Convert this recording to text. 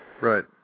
Right